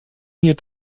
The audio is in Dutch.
hier